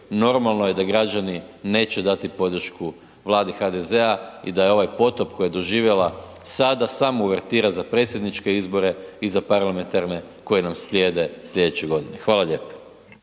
normalno je da građani neće dati podršku Vladi HDZ-a i da je ovaj potop koji je doživjela sada samo uvertira za predsjedničke izbore i za parlamentarne koji nam slijede slijedeće godine. Hvala lijepo.